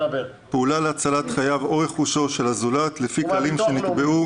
פעולה להצלת חייו או רכושו של הזולת לפי כללים שנקבעו,